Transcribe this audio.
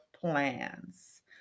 plans